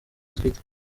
atwite